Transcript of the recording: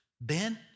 Ben